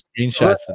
screenshots